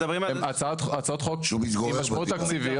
הן הצעות חוק עם משמעויות תקציביות.